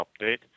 update